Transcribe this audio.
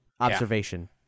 observation